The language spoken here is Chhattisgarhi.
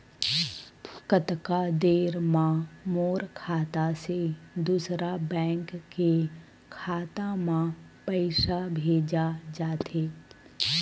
कतका देर मा मोर खाता से दूसरा बैंक के खाता मा पईसा भेजा जाथे?